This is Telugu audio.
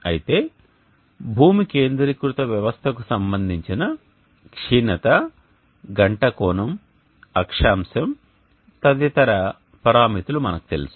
అయితే భూమి కేంద్రీకృత వ్యవస్థకు సంబంధించిన క్షీణత గంట కోణం అక్షాంశం తదితర పరామితులు మనకు తెలుసు